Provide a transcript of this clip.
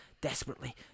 desperately